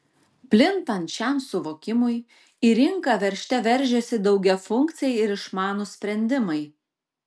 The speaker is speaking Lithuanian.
plintant šiam suvokimui į rinką veržte veržiasi daugiafunkciai ir išmanūs sprendimai